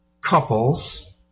couples